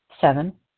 Seven